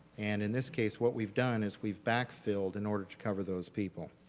and in this case, what we've done is we've back filled in order to cover those people.